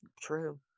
true